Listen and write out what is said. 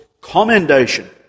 commendation